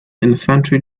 infantry